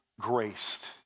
graced